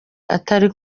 atari